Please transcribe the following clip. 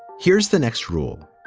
here's the next rule.